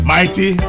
Mighty